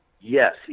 yes